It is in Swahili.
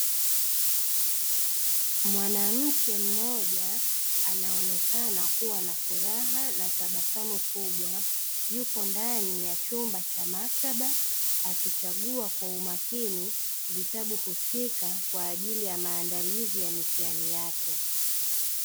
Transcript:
Mwanamke mmoja anaonekana kuwa na furaha na tabasamu kubwa yupo ndani ya chumba cha maktaba akichagua kwa umakini vitabu husika kwa ajili ya maandalizi ya mitihani yake.